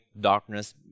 darkness